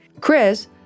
Chris